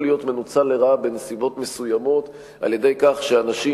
להיות מנוצל לרעה בנסיבות מסוימות על-ידי כך שאנשים,